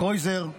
קרויזר,